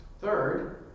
Third